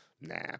Nah